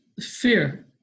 fear